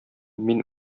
мин